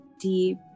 deep